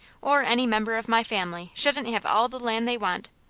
or any member of my family shouldn't have all the land they want.